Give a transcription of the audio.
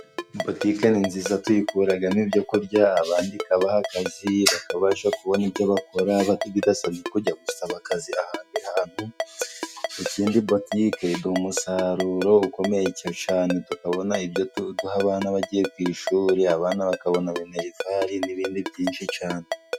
Butiki ni nziza tuyikuragamo ibyo kurya, abandi ikabaha akazi bakabasha kubona ibyo bakora bidasabye kujya gusaba akazi ahandi hantu. Ikindi butike iduha umusaruro ukomeye cane tukabona ibyo duha abana bagiye ku ishuri, abana bakabona minerivari n'ibindi byinshi cane.